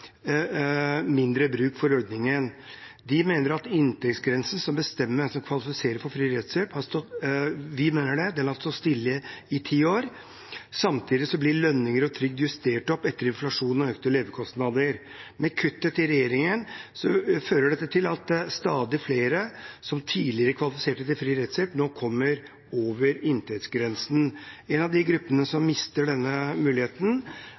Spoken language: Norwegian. mindre bruk for ordningen. Vi mener at inntektsgrensen som bestemmer hvem som kvalifiserer for fri rettshjelp, har stått stille i ti år. Samtidig blir lønninger og trygd justert opp etter inflasjon og økte levekostnader. Med kuttet til regjeringen fører dette til at stadig flere som tidligere kvalifiserte til fri rettshjelp, nå kommer over inntektsgrensen. En av de gruppene som mister denne muligheten,